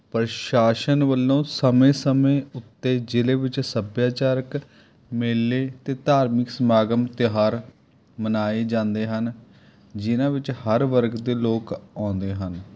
ਪ੍ਰਸ਼ਾਸਨ ਵਲੋਂ ਸਮੇਂ ਸਮੇਂ ਉੱਤੇ ਜ਼ਿਲ੍ਹੇ ਵਿੱਚ ਸੱਭਿਆਚਾਰਕ ਮੇਲੇ ਅਤੇ ਧਾਰਮਿਕ ਸਮਾਗਮ ਤਿਉਹਾਰ ਮਨਾਏ ਜਾਂਦੇ ਹਨ ਜਿਨ੍ਹਾਂ ਵਿੱਚ ਹਰ ਵਰਗ ਦੇ ਲੋਕ ਆਉਂਦੇ ਹਨ